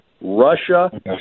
Russia